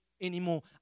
anymore